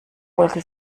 wolke